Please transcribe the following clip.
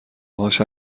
باهاش